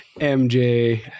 mj